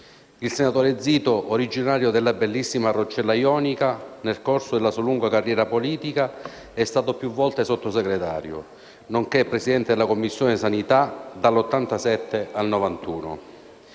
Il senatore Zito, originario della bellissima Roccella Jonica, nel corso della sua lunga carriera politica è stato più volte Sottosegretario, nonché Presidente della Commissione sanità del Senato